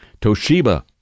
Toshiba